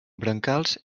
brancals